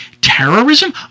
Terrorism